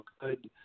good